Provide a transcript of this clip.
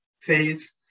phase